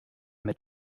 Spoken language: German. mit